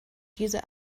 diese